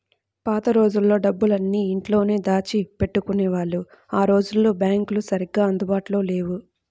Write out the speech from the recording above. పాత రోజుల్లో డబ్బులన్నీ ఇంట్లోనే దాచిపెట్టుకునేవాళ్ళు ఆ రోజుల్లో బ్యాంకులు సరిగ్గా అందుబాటులో లేవు